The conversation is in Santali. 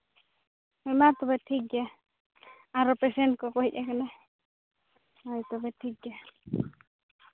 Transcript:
ᱢᱟ ᱛᱚᱵᱮ ᱴᱷᱤᱠ ᱜᱮᱭᱟ ᱟᱨᱚ ᱯᱮᱥᱮᱱᱴ ᱠᱚᱠᱚ ᱦᱮᱡ ᱠᱟᱱᱟ ᱦᱳᱭ ᱛᱚᱵᱮ ᱴᱷᱤᱠ ᱜᱮᱭᱟ